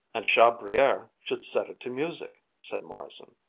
and chabrier should set it to music, said morrison.